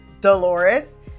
Dolores